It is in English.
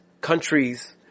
countries